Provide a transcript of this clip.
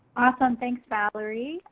awesome. thanks valerie!